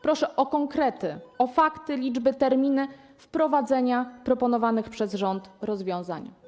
Proszę o konkrety, o fakty, liczby, terminy wprowadzenia proponowanych przez rząd rozwiązań.